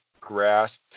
grasp